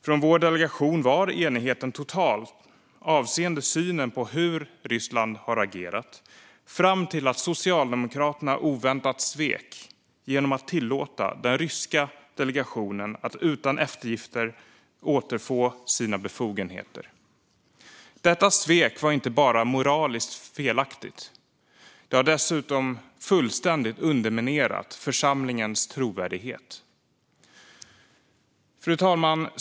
Från vår delegation var enigheten total avseende synen på hur Ryssland har agerat fram till att Socialdemokraterna oväntat svek genom att tillåta den ryska delegationen att utan eftergifter återfå sina befogenheter. Detta svek var inte bara moraliskt felaktigt. Det har dessutom fullständigt underminerat församlingens trovärdighet. Fru talman!